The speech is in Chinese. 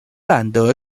兰德